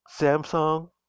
Samsung